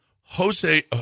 Jose